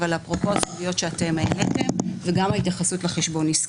אבל אפרופו הסוגיות שאתם העליתם וגם התייחסות לחשבון עסקי.